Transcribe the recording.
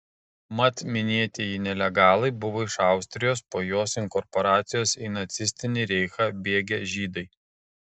mat minėtieji nelegalai buvo iš austrijos po jos inkorporacijos į nacistinį reichą bėgę žydai